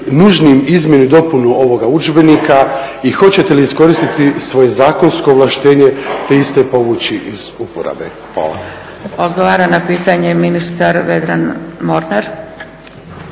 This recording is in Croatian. izmjenu i dopunu ovoga udžbenika i hoćete li iskoristiti svoje zakonsko ovlaštenje te iste povući iz uporabe? Hvala. **Zgrebec, Dragica (SDP)** Odgovara na pitanje ministar Vedran Mornar.